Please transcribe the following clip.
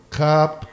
cup